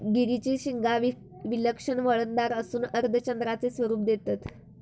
गिरीची शिंगा विलक्षण वळणदार असून अर्धचंद्राचे स्वरूप देतत